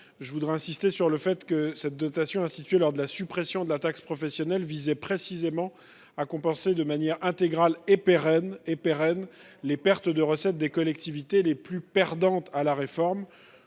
J’insiste sur le fait que cette dernière dotation, instaurée lors de la suppression de la taxe professionnelle, visait précisément à compenser, de manière intégrale et pérenne, les baisses de recettes des collectivités les plus perdantes dans cette réforme.